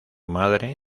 madre